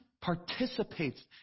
participates